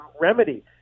remedy